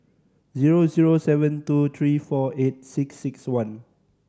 zero zero seven two three four eight six six one